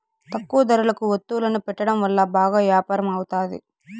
తక్కువ ధరలకు వత్తువులను పెట్టడం వల్ల బాగా యాపారం అవుతాది